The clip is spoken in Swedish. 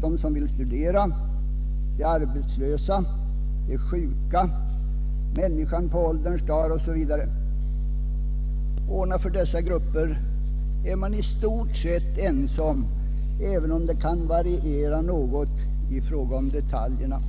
de som vill studera, de arbetslösa, de sjuka, människor på ålderns dagar osv. Att man skall ordna förhållandena för dessa grupper är man i stort sett ense om, även om uppfattningarna kan variera något i fråga om detaljerna.